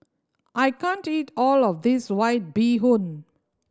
I can't eat all of this White Bee Hoon